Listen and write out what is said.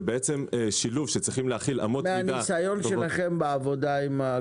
זה שילוב- -- מניסיונכם בעבודה עם העבודה